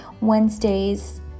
Wednesdays